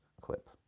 clip